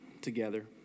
together